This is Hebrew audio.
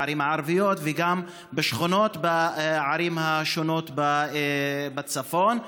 בערים הערביות וגם בשכונות בערים השונות בצפון.